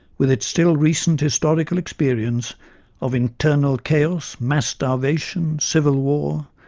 with its still recent historical experience of internal chaos, mass starvation, civil war,